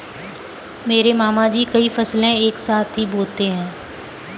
मेरे मामा जी कई फसलें एक साथ ही बोते है